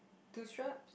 two strap